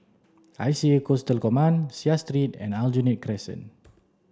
I C A Coastal Command Seah and Aljunied Crescent